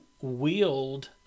wield